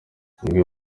umwe